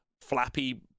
flappy